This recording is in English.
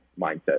mindset